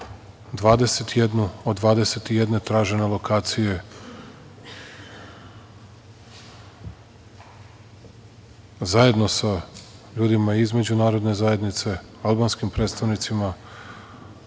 21 od 21 tražene lokacije zajedno sa ljudima između narodne zajednice, albanskim predstavnicima,